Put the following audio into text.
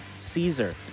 Caesar